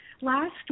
last